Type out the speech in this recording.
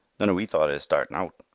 none o' we thought o' is startin out.